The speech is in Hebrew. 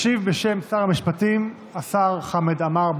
ישיב, בשם שר המשפטים, השר חמד עמאר.